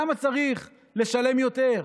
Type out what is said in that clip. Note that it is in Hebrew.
למה צריך לשלם יותר?